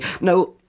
No